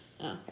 okay